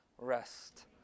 rest